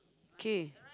k